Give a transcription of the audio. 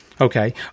Okay